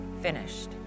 finished